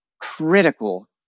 critical